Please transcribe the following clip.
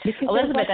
Elizabeth